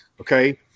okay